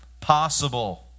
possible